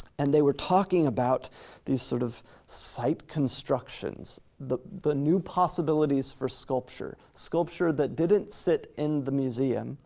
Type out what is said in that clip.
and they were talking about these sort of site constructions, the the new possibilities for sculpture, sculpture that didn't sit in the museum,